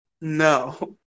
No